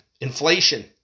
Inflation